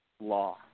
law